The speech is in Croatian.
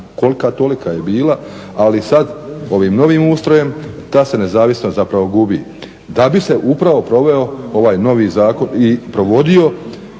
kolka tolika je bila ali sad ovim novim ustrojem ta se nezavisnost zapravo gubi, da bi se upravo proveo ovaj novi zakon i provodio,